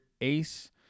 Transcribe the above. Ace